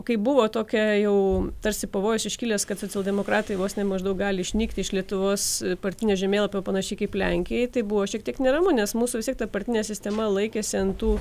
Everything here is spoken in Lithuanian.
kai buvo tokia jau tarsi pavojus iškilęs kad socialdemokratai vos ne maždaug gali išnykti iš lietuvos partinio žemėlapio panašiai kaip lenkijai tai buvo šiek tiek neramu nes mūsų vis tiek partinė sistema laikėsi ant tų